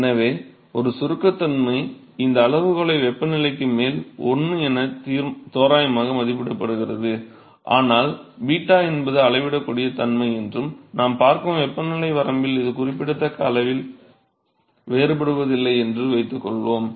எனவே ஒரு சுருக்கத்தன்மை இந்த அளவுகோல்களை வெப்பநிலைக்கு மேல் 1 என தோராயமாக மதிப்பிடுகிறது ஆனால் 𝞫 என்பது அளவிடக்கூடிய தன்மை என்றும் நாம் பார்க்கும் வெப்பநிலை வரம்பில் இது குறிப்பிடத்தக்க அளவில் வேறுபடுவதில்லை என்றும் வைத்துக்கொள்வோம்